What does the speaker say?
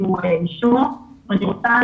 קיבלנו אישור ממשרד החינוך שההורים לילדים האלרגיים